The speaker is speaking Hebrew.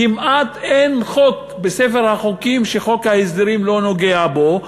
כמעט אין חוק בספר החוקים שחוק ההסדרים לא נוגע בו,